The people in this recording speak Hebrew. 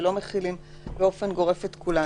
ולא מחילים באופן גורף את כולם.